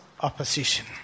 opposition